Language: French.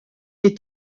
est